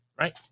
right